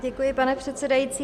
Děkuji, pane předsedající.